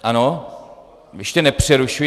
Ano, ještě nepřerušuji.